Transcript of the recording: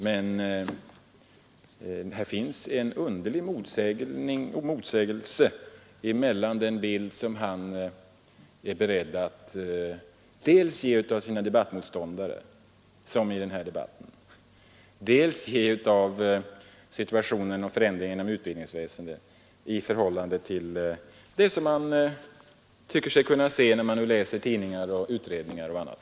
Men här finns en underlig motsägelse mellan den bild som han är beredd att ge dels av sina debattmotståndare, som i den här debatten, dels av situationen och förändringarna inom utbildningsväsendet, och det som man tycker sig kunna se när man nu läser tidningar, utredningar och annat.